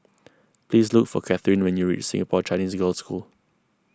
please look for Katherin when you reach Singapore Chinese Girls' School